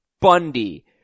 Bundy